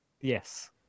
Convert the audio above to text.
Yes